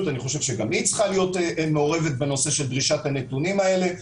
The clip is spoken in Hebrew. שאני חושב שגם היא צריכה להיות מעורבת בנושא של דרישת הנתונים האלה.